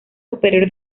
superior